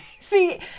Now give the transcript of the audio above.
See